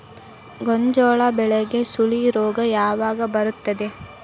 ಗೋಂಜಾಳ ಬೆಳೆಗೆ ಸುಳಿ ರೋಗ ಯಾವಾಗ ಬರುತ್ತದೆ?